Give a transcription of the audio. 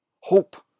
hope